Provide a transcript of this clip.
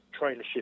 trainership